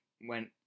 went